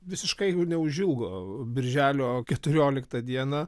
visiškai neužilgo birželio keturioliktą dieną